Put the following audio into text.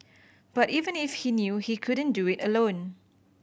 but even if he knew he couldn't do it alone